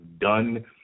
done